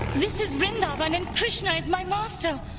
this is vrindavan and krishna is my master.